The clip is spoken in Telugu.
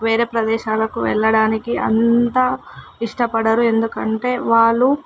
వేరే ప్రదేశాలకు వెళ్ళడానికి అంత ఇష్టపడరు ఎందుకంటే వాళ్ళు